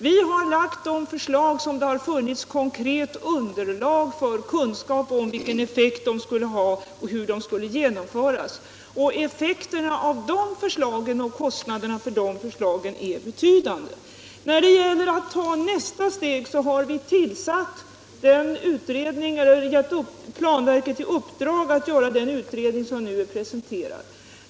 Vi har lagt fram förslag som man vet effekterna av och som man har kunskap om hur de skall genomföras. Effekterna av de förslagen och kostnaderna för dem är betydande. När det gäller att ta nästa steg har vi givit planverket i uppdrag att göra den utredning som nu är presenterad.